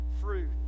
fruit